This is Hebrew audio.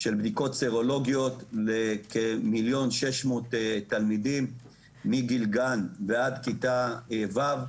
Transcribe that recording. של בדיקות סרולוגיות לכ-1,600,000 תלמידים מגיל גן ועד כיתה ו',